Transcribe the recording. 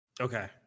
Okay